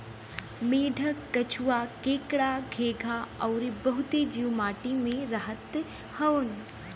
मेंढक, केंचुआ, केकड़ा, घोंघा अउरी बहुते जीव माटी में रहत हउवन